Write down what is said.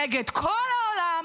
נגד כל העולם,